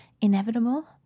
inevitable